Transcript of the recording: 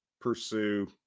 pursue